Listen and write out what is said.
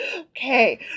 Okay